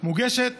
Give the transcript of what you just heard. מוגשת